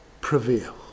prevail